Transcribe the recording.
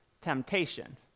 temptation